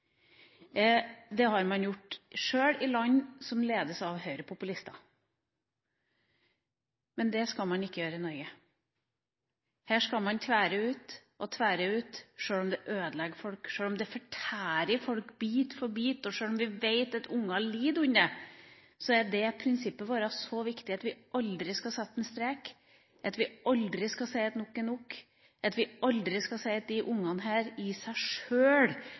Det har man gjort sjøl i land som ledes av høyrepopulister. Men det skal man ikke gjøre i Norge, her skal man tvære ut og tvære ut. Sjøl om det ødelegger folk, sjøl om det fortærer folk bit for bit, og sjøl om vi vet at unger lider under det, så er det prinsippet vårt så viktig at vi aldri skal sette en strek, at vi aldri skal si at nok er nok, at vi aldri skal si at disse ungene i seg sjøl